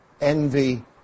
envy